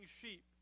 sheep